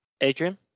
Adrian